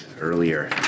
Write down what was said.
earlier